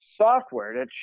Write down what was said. software